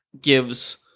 gives